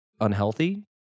unhealthy